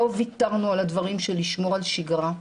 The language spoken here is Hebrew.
לא ויתרנו על הדברים כדי לשמור על שגרה,